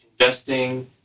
investing